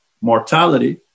mortality